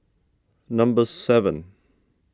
number seven